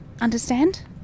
Understand